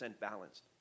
balanced